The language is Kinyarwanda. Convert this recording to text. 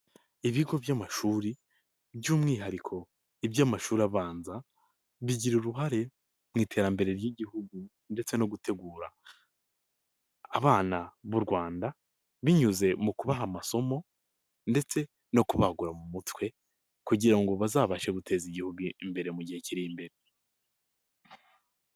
Ibigo by'amashuri by'umwihariko iby'amashuri abanza bigira uruhare mu iterambere ry'igihugu ndetse no gutegura abana b'u Rwanda binyuze mu kubaha amasomo ndetse no kubagura mu mutwe kugira ngo bazabashe guteza igihugu imbere mu gihe kiri imbere.